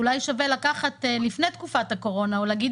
אולי שווה לקחת לפני תקופת הקורונה או להגיד